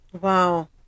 Wow